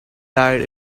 died